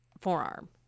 forearm